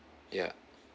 yeah